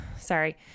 sorry